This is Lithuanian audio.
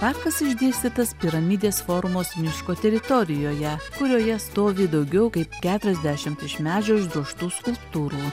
parkas išdėstytas piramidės formos miško teritorijoje kurioje stovi daugiau kaip keturiasdešimt iš medžio išdrožtų skulptūrų